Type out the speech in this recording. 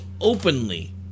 openly